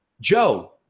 Joe